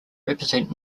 represent